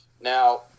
Now